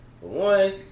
one